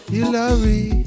Hillary